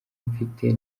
mfite